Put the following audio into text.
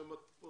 הישיבה ננעלה